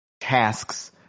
tasks